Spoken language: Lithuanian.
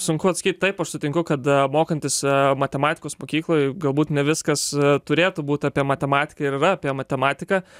sunku atsakyti taip aš sutinku kada mokantis matematikos mokykloj galbūt ne viskas turėtų būti apie matematiką ir yra apie matematiką